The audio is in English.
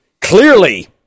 clearly